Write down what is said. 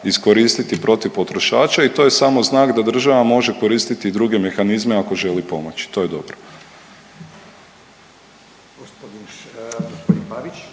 iskoristiti protiv potrošača. I to je samo znak da država može koristiti i druge mehanizme ako želi pomoći i to je dobro. **Radin, Furio